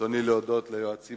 ברצוני להודות ליועצים